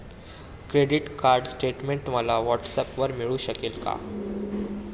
Credit card statement मला व्हॉट्सऍपवर मिळू शकेल का?